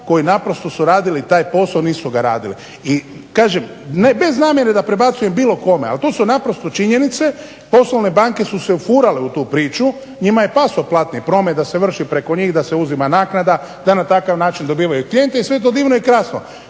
koji naprosto su radili taj posao, nisu ga radili. I kažem ne, bez namjere da prebacujem bilo kome, ali to su naprosto činjenice, poslovne banke su se ufurale u tu priču, njima je pasao platni promet da se vrši preko njih, da se uzima naknada, da na takav način dobivaju klijente, i sve je to divno i krasno.